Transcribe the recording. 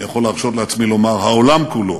אני יכול להרשות לעצמי לומר: העולם כולו,